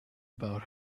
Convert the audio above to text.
about